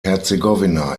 herzegowina